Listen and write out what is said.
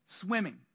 swimming